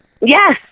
Yes